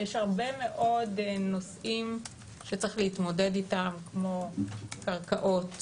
יש הרבה מאוד נושאים שצריך להתמודד איתם כמו קרקעות,